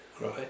right